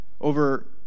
over